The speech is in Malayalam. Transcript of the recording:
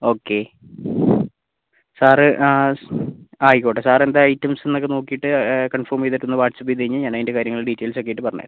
ഓക്കെ സാർ ആ ആയിക്കോട്ടെ സാർ എന്താണ് ഐറ്റംസ് എന്നൊക്കെ നോക്കിയിട്ട് കൺഫോം ചെയ്തിട്ട് ഒന്ന് വാട്ട്സ്ആപ്പ് ചെയ്ത് കഴിഞ്ഞാൽ ഞാൻ അതിന്റെ കാര്യങ്ങൾ ഡീറ്റെയിൽസ് ഒക്കെ ആയിട്ട് പറഞ്ഞുതരാം